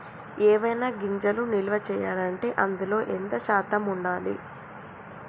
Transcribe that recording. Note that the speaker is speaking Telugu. ఏవైనా గింజలు నిల్వ చేయాలంటే అందులో ఎంత శాతం ఉండాలి?